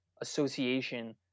association